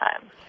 time